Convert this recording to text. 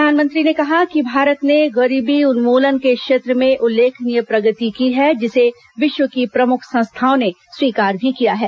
प्रधानमंत्री ने कहा कि भारत ने गरीबी उन्मूलन के क्षेत्र में उल्लेखनीय प्रगति की है जिसे विश्व की प्रमुख संस्थाओं ने स्वीकार भी किया है